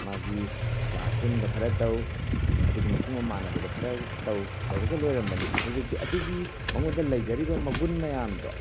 ꯃꯥꯒꯤ ꯀ꯭ꯂꯥꯁꯔꯨꯝꯗ ꯈꯔ ꯇꯧ ꯑꯗꯨꯒ ꯃꯁꯨꯡ ꯃꯃꯥꯟꯅꯕꯗ ꯈꯔ ꯇꯧ ꯇꯧꯔꯒ ꯂꯩꯔꯝꯕꯅꯦ ꯍꯧꯖꯤꯛꯇꯤ ꯑꯗꯨꯒꯤ ꯃꯉꯣꯟꯗ ꯂꯩꯖꯔꯤꯕ ꯃꯒꯨꯟ ꯃꯌꯥꯝꯗꯣ